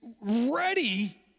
ready